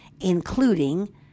including